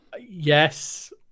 yes